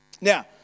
now